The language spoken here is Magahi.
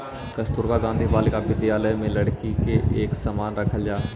कस्तूरबा गांधी बालिका विद्यालय में लड़की के एक समान रखल जा हइ